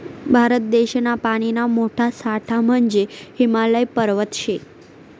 भारत देशना पानीना मोठा साठा म्हंजे हिमालय पर्वत शे